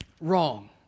wrong